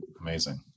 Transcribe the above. Amazing